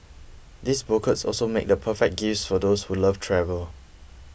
these bouquets also make the perfect gifts for those who love travel